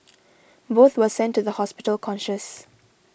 both were sent to the hospital conscious